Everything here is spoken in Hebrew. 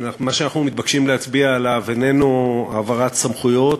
מה שאנחנו מתבקשים להצביע עליו הוא העברת סמכויות,